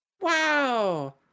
Wow